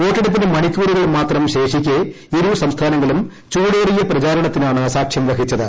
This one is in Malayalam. വോട്ടെടുപ്പിന് മണിക്കൂറുകൾ മാത്രം ശേഷിക്കെ ഇരു സംസ്ഥാനങ്ങളും ചൂടേറിയ പ്രചാരണത്തിനാണ് സാക്ഷ്യം വഹിച്ചത്